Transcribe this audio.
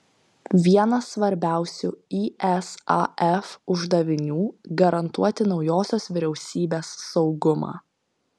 vienas svarbiausių isaf uždavinių garantuoti naujosios vyriausybės saugumą